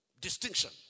distinction